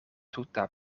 tuta